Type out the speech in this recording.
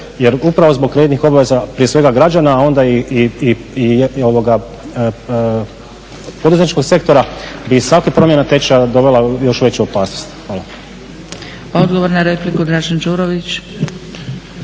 jer upravo zbog kreditnih obveza prije svega građana a onda i poduzetničkog sektora bi svaka promjena tečaja dovela u još veću opasnost. Hvala. **Zgrebec, Dragica